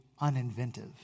uninventive